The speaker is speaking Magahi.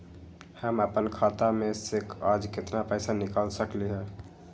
हम अपन खाता में से आज केतना पैसा निकाल सकलि ह?